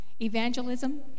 Evangelism